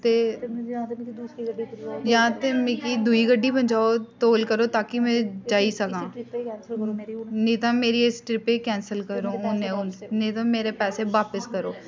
ते जां ते मिगी दूई गड्डी भजाओ तौल करो ताकि में जाई सकां नेईं तां मेरी इस ट्रिपेई कैंसल करो हूनै हून नेईं तां मेरे पैसै बापस करो